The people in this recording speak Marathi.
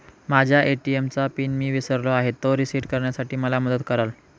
माझ्या ए.टी.एम चा पिन मी विसरलो आहे, तो रिसेट करण्यासाठी मला मदत कराल?